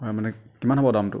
হয় মানে কিমান হ'ব দামটো